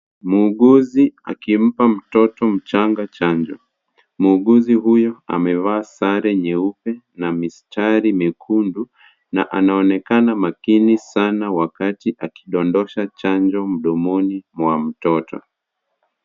Muuguzi akimpa mtoto mchanga chanjo. Muuguzi huyu amevaa sare nyeupe na mistari mekundu na anaonekana makini sana wakati akidondosha chanjo mdomoni mwa mtoto.